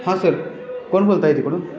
हां सर कोण बोलताय तिकडून